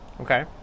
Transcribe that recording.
Okay